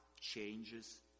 changes